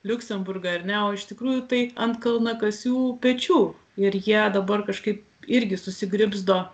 liuksemburgą ar ne o iš tikrųjų tai ant kalnakasių pečių ir jie dabar kažkaip irgi susigribzdo